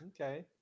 okay